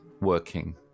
working